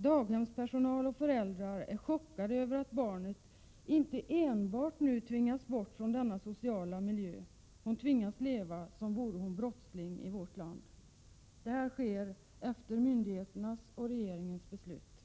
Daghemspersonal, och föräldrar är chockade över att barnet nu inte enbart tvingas bort från denna sociala miljö utan även tvingas leva som vore hon brottsling, i vårt land. Detta sker efter myndigheternas och regeringens beslut.